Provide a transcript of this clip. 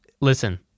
Listen